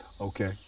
Okay